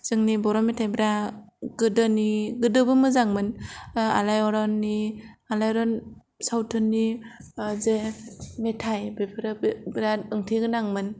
जोंनि बर' मेथाइफ्रा गोदोनि गोदो बो मोजांमोन आलाइआरन नि आलाइआरन सावथुननि जे मेथाय बेफोर बेराद ओंथि गोनांमोन